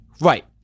Right